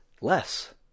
less